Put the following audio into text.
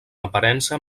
aparença